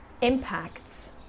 impacts